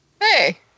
Hey